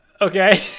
Okay